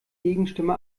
gegenstimme